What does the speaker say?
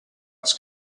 its